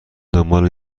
دنبال